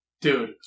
Dude